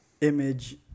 image